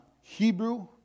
Hebrew